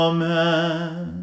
Amen